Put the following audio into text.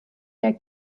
der